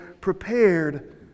prepared